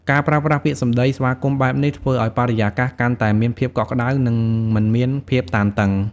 ការប្រើប្រាស់ពាក្យសម្ដីស្វាគមន៍បែបនេះធ្វើឱ្យបរិយាកាសកាន់តែមានភាពកក់ក្តៅនិងមិនមានភាពតានតឹង។